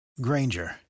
Granger